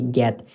get